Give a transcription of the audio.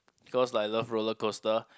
because I love roller coaster